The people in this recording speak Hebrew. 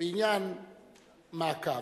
בעניין מעקב.